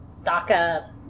DACA